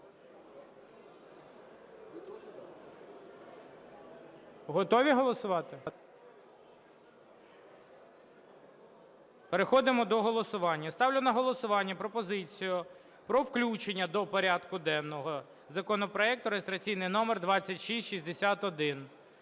Готові голосувати? Переходимо до голосування. Я ставлю на голосування пропозицію про включення до порядку денного законопроекту реєстраційний 2661.